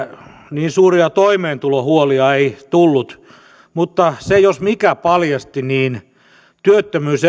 niin suuria toimeentulohuolia ei tullut mutta se jos mikä paljasti sen että työttömyys